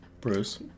Bruce